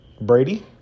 Brady